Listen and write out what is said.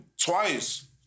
twice